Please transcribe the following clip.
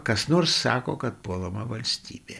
kas nors sako kad puolama valstybė